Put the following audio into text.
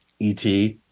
et